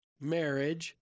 marriage